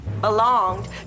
belonged